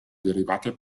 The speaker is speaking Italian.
derivate